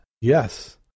yes